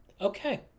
Okay